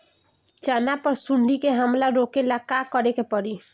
चना पर सुंडी के हमला रोके ला का करे के परी?